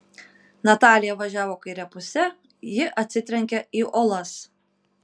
natalija važiavo kaire puse ji atsitrenkia į uolas